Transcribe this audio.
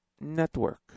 Network